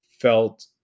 felt